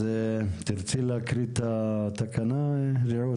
אז תרצי להקריא את התקנות, רעות?